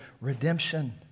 redemption